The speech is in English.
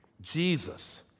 Jesus